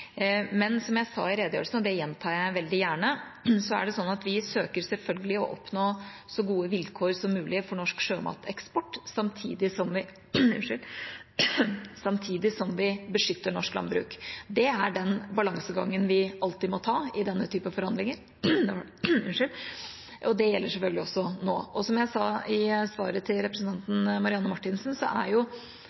Men som jeg sa i redegjørelsen, og det gjentar jeg veldig gjerne, er det sånn at vi søker selvfølgelig å oppnå så gode vilkår som mulig for norsk sjømateksport, samtidig som vi beskytter norsk landbruk. Det er den balansegangen vi alltid må ta i denne typen forhandlinger. Det gjelder selvfølgelig også nå. Som jeg sa i svaret til representanten Marthinsen, er dette en avtaleforhandling som dreier seg om mer enn fisk og landbruk, selv om det er